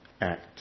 act